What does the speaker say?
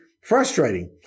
frustrating